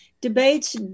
debates